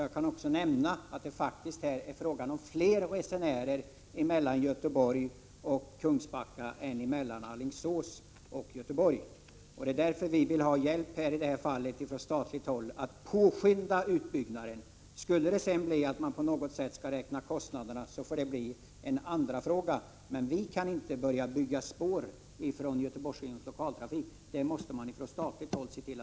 Jag kan också nämna att det faktiskt är fler resenärer mellan Göteborg och Kungsbacka än mellan Alingsås och Göteborg. Kommer man sedan in på kostnaderna, får detta bli en andra fråga. Göteborgsregionens lokaltrafik kan ju inte börja bygga spår, utan vi behöver hjälp från statligt håll att påskynda utbyggnaden. Staten måste se till att det blir gjort, och det snarast. Inte minst med tanke på de miljöproblem som vi — Prot.